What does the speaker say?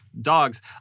dogs